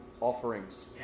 offerings